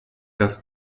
das